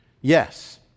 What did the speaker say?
Yes